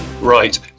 Right